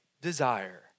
desire